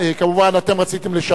כמובן, אתם רציתם לשפר